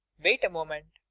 wait a moment.